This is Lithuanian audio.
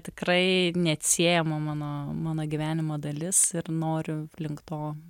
tikrai neatsiejama mano mano gyvenimo dalis ir noriu link to